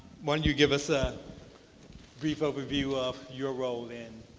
why don't you give us a brief overview of your role in